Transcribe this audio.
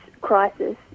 crisis